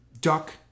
Duck